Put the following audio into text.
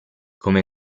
come